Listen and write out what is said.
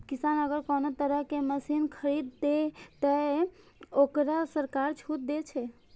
किसान अगर कोनो तरह के मशीन खरीद ते तय वोकरा सरकार छूट दे छे?